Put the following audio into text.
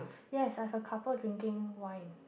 yes I have a couple of drinking wine